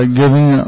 giving